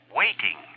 waiting